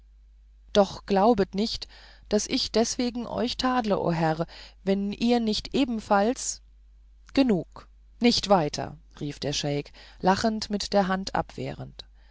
doch glaubet nicht daß ich deswegen euch tadle o herr wenn ihr nicht ebenfalls genug nicht weiter rief der scheik lächelnd mit der hand abwehrend